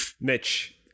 Mitch